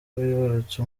bibarutse